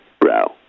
bro